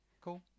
cool